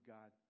God